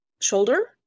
shoulder